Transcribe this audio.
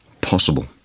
possible